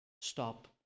Stop